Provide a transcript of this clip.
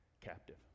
captive